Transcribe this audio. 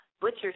butcher